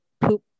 poop